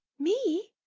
me?